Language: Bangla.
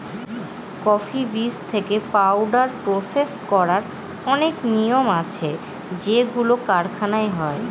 কফি বীজ থেকে পাউডার প্রসেস করার অনেক নিয়ম আছে যেগুলো কারখানায় হয়